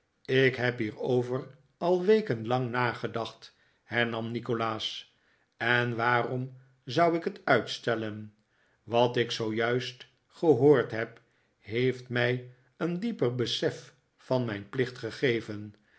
ik heb hierover al weken lang nagedacht hernam nikolaas e'n waarom zou ik het uitstellen wat ik zoojuist gehoord heb heeft mij een dieper besef van mijn plicht gegeven